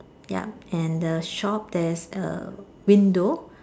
yup and the shop there's a window